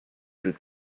grew